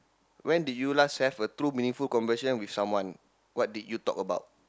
when did you last have a two meaningful conversation with someone what did you talk about